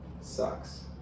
Sucks